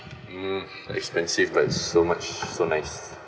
mm expensive but so much so nice